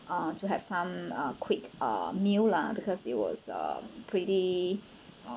uh to have some uh quick uh meal lah because it was uh pretty